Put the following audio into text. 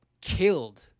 killed